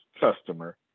customer